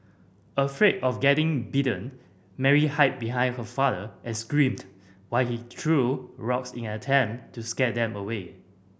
afraid of getting bitten Mary hid behind her father and screamed while he threw rocks in an attempt to scare them away